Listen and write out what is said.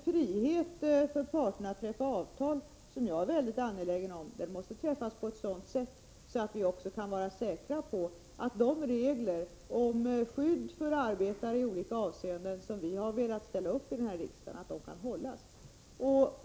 Friheten för parterna att träffa avtal, som jag är mycket angelägen om, måste användas på ett sådant sätt att vi också är säkra på att man kan följa de regler om skydd för arbetare i olika avseenden som vi har velat ställa upp här i riksdagen.